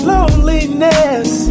Loneliness